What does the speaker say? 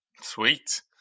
Sweet